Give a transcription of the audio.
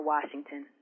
Washington